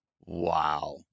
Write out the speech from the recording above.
Wow